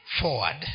forward